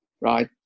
right